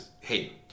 hey